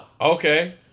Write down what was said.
Okay